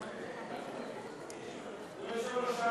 אדוני היושב-ראש,